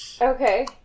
Okay